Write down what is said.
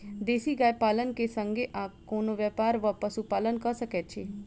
देसी गाय पालन केँ संगे आ कोनों व्यापार वा पशुपालन कऽ सकैत छी?